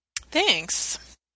Thanks